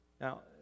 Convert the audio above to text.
Now